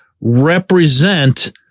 represent